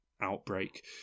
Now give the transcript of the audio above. outbreak